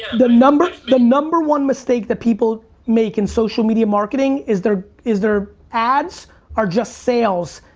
the number the number one mistake that people make in social media marketing is their is their ads are just sales,